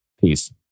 Peace